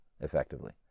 effectively